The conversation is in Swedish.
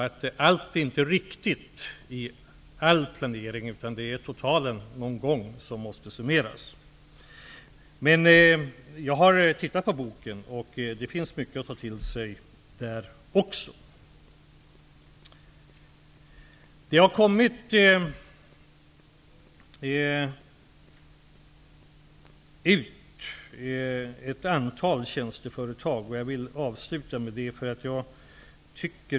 Allt är inte riktigt i all planering, utan totalen måste summeras någon gång. Jag har tittat i boken, och det finns mycket att ta till sig även där. Det har bildats ett antal tjänsteföretag. Jag vill avslutningsvis nämna detta.